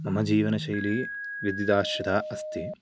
मम जीवनशैली विद्युत् आश्रिता अस्ति